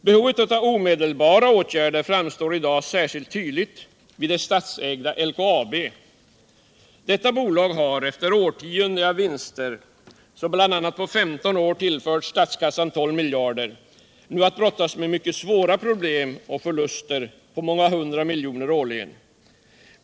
Behovet av omedelbara åtgärder framstår i dag särskilt tydligt vid det statsägda LKAB. Detta bolag har nu efter årtionden av vinster — på 15 år har statskassan tillförts 12 miljarder — att brottas med svåra problem och förluster på många hundra miljoner årligen.